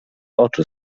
oczu